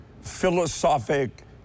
philosophic